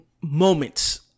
moments